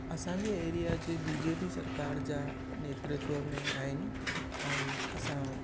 असांजे एरिया जी बीजेपी सरकार जा नेतृत्व में आहिनि ऐं असां